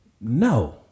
No